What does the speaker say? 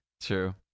True